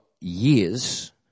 years